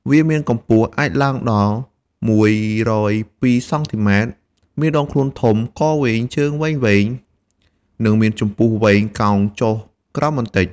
វាមានកម្ពស់អាចឡើងដល់ ១០២ សង់ទីម៉ែត្រ មានដងខ្លួនធំ កវែង ជើងវែងៗ និងចំពុះវែងកោងចុះក្រោមបន្តិច។